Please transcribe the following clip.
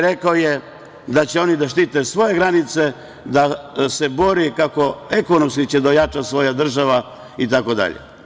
Rekao je da će oni da štite svoje granice, da se bore kako će ekonomski da ojača država itd.